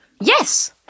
Yes